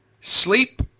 sleep